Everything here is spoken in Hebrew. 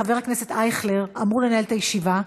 חבר הכנסת אייכלר אמור לנהל את הישיבה.